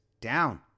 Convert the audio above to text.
down